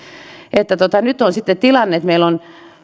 nyt on sitten tilanne että meillä on